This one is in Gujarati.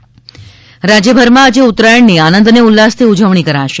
ઉત્તરાયણ રાજ્યભરમાં આજે ઉત્તરાયણની આનંદ અને ઉલ્લાસથી ઉજવણી કરાશે